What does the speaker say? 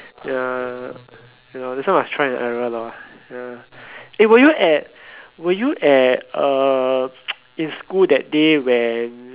ya ya ya lor that's why must trial and error lor ya eh were you at were you at uh in school that day when